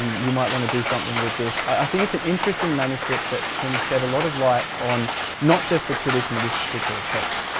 you might want to do something with this. i think it's an interesting manuscript that can shed a lot of light on not just the tradition of this particular text,